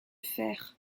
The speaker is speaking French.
fer